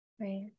Right